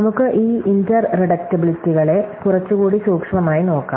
നമുക്ക് ഈ ഇന്റർ റിഡക്റ്റബിലിറ്റികളെ കുറച്ചുകൂടി സൂക്ഷ്മമായി നോക്കാം